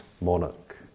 monarch